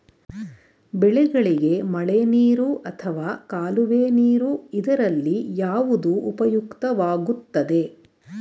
ಬೆಳೆಗಳಿಗೆ ಮಳೆನೀರು ಅಥವಾ ಕಾಲುವೆ ನೀರು ಇದರಲ್ಲಿ ಯಾವುದು ಉಪಯುಕ್ತವಾಗುತ್ತದೆ?